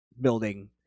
building